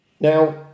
Now